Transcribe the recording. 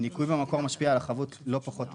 ניכוי במקור משפיע על החבות לא פחות מזה.